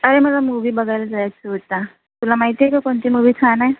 अरे मला मूव्ही बघायला जायचं होता तुला माहिती आहे का कोणती मुव्ही छान आहे